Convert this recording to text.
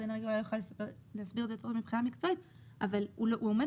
האנרגיה יוכלו להסביר את זה מבחינה מקצועית אבל הוא עומד